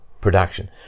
production